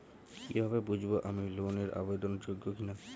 কীভাবে বুঝব আমি লোন এর আবেদন যোগ্য কিনা?